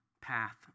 path